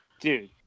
Dude